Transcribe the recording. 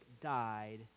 died